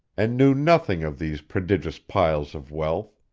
and knew nothing of these prodigious piles of wealth.